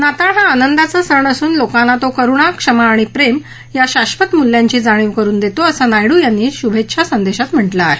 नाताळ हा आनंदाचा सण असून लोकांना तो करुणा क्षमा आणि प्रेम या शाधत मूल्यांची जाणीव करुन देतो असं नायडू यांनी शुभेच्छा संदेशात म्हटलं आहे